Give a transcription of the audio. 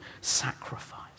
sacrifice